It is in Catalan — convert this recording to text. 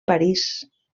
parís